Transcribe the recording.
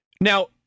Now